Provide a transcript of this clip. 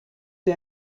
der